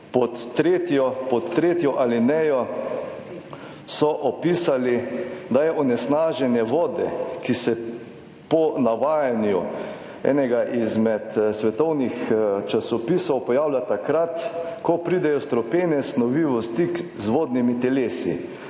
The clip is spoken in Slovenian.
pod tretjo alinejo so opisali, da je onesnaženje vode, ki se po navajanju enega izmed svetovnih časopisov pojavlja takrat, ko pridejo strupene snovi v stik z vodnimi telesi.